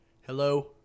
Hello